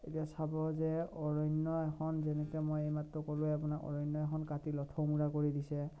এতিয়া চাব যে অৰণ্য এখন যেনেকৈ মই এইমাত্ৰ ক'লোঁৱে আপোনাক অৰণ্য এখন কাটি লথমূৰা কৰি দিছে